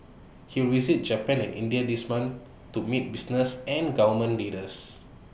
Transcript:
he will visit Japan and India this month to meet business and government leaders